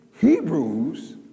Hebrews